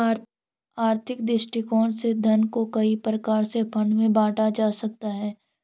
आर्थिक दृष्टिकोण से धन को कई प्रकार के फंड में बांटा जा सकता है